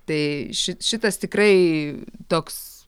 tai šit šitas tikrai toks